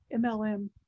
MLM